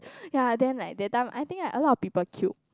ya then like that time I think like a lot of people queue